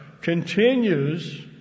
continues